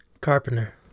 Carpenter